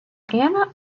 anna